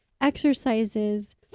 exercises